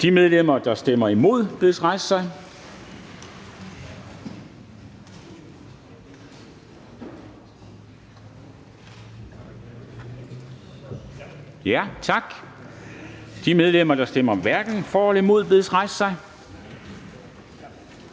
De medlemmer, der stemmer imod, bedes rejse sig. Tak. De medlemmer, der stemmer hverken for eller imod, bedes rejse sig.